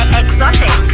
exotic